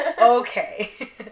Okay